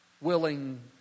willing